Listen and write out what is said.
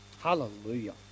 Hallelujah